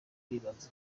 bibaza